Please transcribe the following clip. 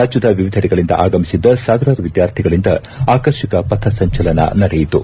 ರಾಜ್ಯದ ವಿವಿದೆಡೆಗಳಿಂದ ಆಗಮಿಸಿದ್ದ ಸಾವಿರಾರು ವಿದ್ಯಾರ್ಥಿಗಳಿಂದ ಆಕರ್ಷಕ ಪಥ ಸಂಚಲನ ನಡೆಯಿತು